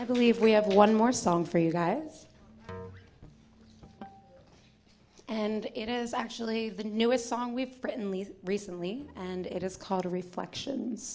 i believe we have one more song for you guys and it is actually a new a song we've written recently and it is called reflections